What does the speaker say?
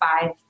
five